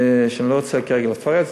שאני לא רוצה כרגע לפרט,